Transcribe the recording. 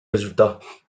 résultat